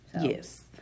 yes